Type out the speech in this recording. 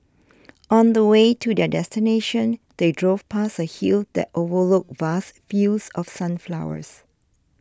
on the way to their destination they drove past a hill that overlooked vast fields of sunflowers